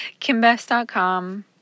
KimBest.com